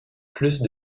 plus